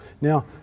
Now